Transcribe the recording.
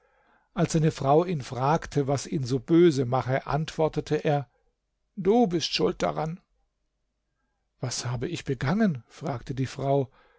als seine frau ihn fragte was ihn so böse mache antwortete er du bist schuld daran was habe ich begangen fragte die frau